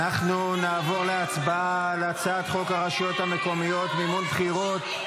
אנחנו נעבור להצבעה על הצעת חוק הרשויות המקומיות (מימון בחירות)